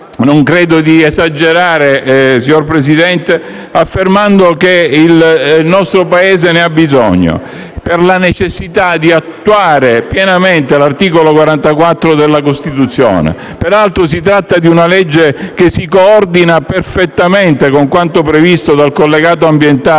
Non credo di esagerare, signor Presidente, affermando che il nostro Paese ha bisogno del provvedimento in esame, per la necessità di attuare pienamente l'articolo 44 della Costituzione. Peraltro, si tratta di un disegno di legge che si coordina perfettamente con quanto previsto dal collegato ambientale